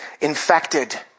infected